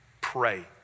Pray